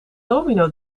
domino